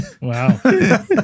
Wow